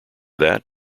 that